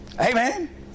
Amen